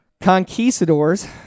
Conquistadors